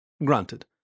Granted